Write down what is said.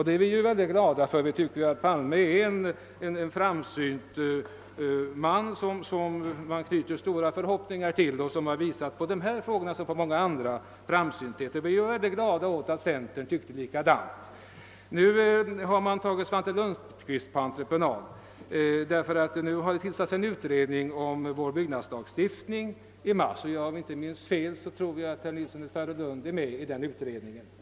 Det är vi också glada för, eftersom vi tycker att statsrådet Palme är en framsynt man som vi knyter stora förhoppningar till. Han har i dessa frågor liksom i så många andra visat prov på framsynthet, och vi var mycket glada åt att centern tyckte likadant. Nu har man tagit Svante Lundkvist på entreprenad, eftersom det i mars har tillsatts en utredning om vår byggnadslagstiftning. Om jag inte minns fel är även herr Nilsson i Tvärålund med i denna utredning.